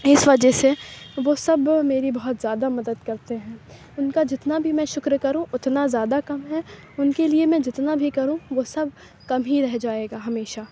اِس وجہ سے وہ سب میری بہت زیادہ مدد کرتے ہیں اُن کا جتنا بھی میں شُکر کروں اتنا زیادہ کم ہے اُن کے لیے میں جتنا بھی کروں وہ سب کم ہی رہ جائے گا ہمیشہ